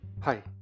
Hi